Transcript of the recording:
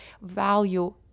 value